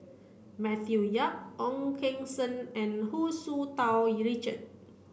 Matthew Yap Ong Keng Sen and Hu Tsu Tau Richard